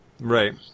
Right